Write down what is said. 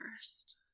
first